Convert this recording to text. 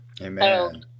Amen